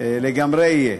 לגמרי יהיה.